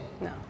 No